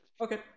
okay